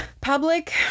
public